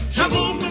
Shaboom